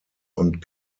und